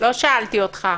לא שאלתי אותך.